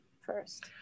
first